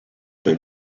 been